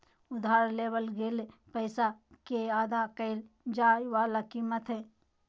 उधार लेवल गेल पैसा के अदा कइल जाय वला कीमत हइ